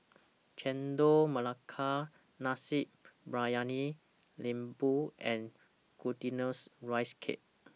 Chendol Melaka Nasi Briyani Lembu and Glutinous Rice Cake